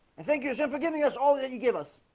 i think you said for giving us all that you give us